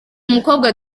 umukobwa